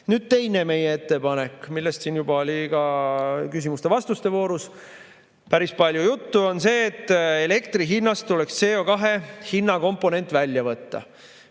teine meie ettepanek, millest siin juba oli küsimuste-vastuste voorus päris palju juttu, on see, et elektri hinnast oleks vaja CO2hinna komponent välja võtta.